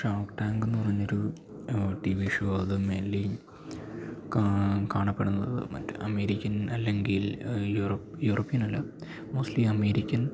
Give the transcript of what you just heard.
shark ടാങ്കെന്ന് പറഞ്ഞൊരൂ T V show അത് മേയ്ൻലീ കാണപ്പെടുന്നത് മറ്റ് അമേരിക്കൻ അല്ലങ്കിൽ യൂറോപ്പ് യൂറോപ്യനല്ല മൊസ്റ്റലി അമേരിക്കൻ